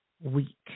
week